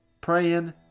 praying